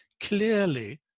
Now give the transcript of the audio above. clearly